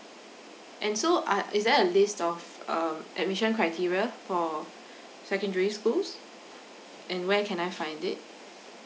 and so uh is there a list of um admission criteria for secondary schools and where can I find it